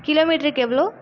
kilo மீட்டருக்கு எவ்வளோ